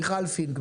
מיכל פינק,